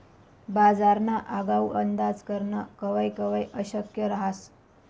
बजारना आगाऊ अंदाज करनं कवय कवय अशक्य रहास